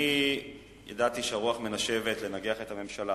אני ידעתי שהרוח מנשבת לניגוח הממשלה